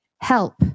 help